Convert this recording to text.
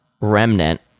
remnant